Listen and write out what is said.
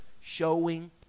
showing